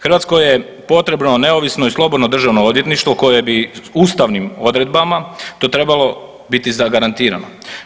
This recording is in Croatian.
Hrvatskoj je potrebno neovisno i slobodno državno odvjetništvo koje bi ustavnim odredbama to trebalo biti zagarantirano.